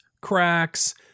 cracks